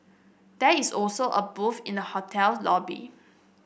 there is also a booth in the hotel lobby